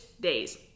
days